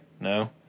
no